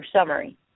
summary